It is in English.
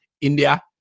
India